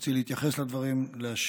תרצי להתייחס לדברים ולהשיב.